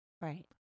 right